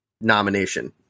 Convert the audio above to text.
nomination